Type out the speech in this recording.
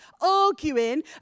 arguing